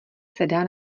sedá